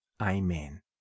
Amen